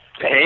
Hey